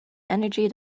energy